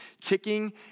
ticking